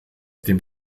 dem